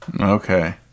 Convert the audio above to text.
Okay